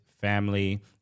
family